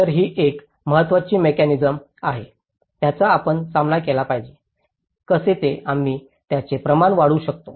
तर ही एक महत्त्वाची मेकॅनिसम्स आहे ज्याचा आपण सामना केला पाहिजे कसे ते आम्ही त्याचे प्रमाण वाढवू शकतो